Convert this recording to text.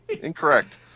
incorrect